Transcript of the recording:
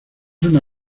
una